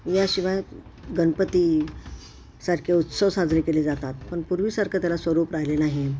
याशिवाय गणपतीसारखे उत्सव साजरे केले जातात पण पूर्वीसारखं त्याला स्वरूप राहिले नाही